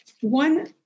One